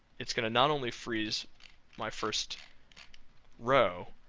it's going to not only freeze my first row,